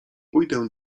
pójdę